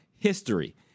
history